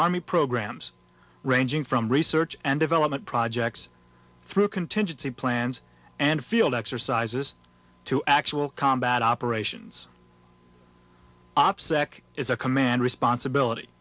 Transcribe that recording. army programs ranging from research and development projects through contingency plans and field exercises to actual combat operations opsec is a command responsibility